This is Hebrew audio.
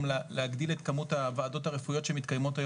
להגדיל את כמות הוועדות הרפואיות שמתקיימות,